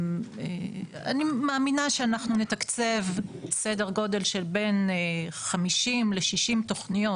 אני מאמינה שאנחנו נתקצב סדר גודל של בין 50 ל-60 תוכניות.